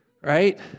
Right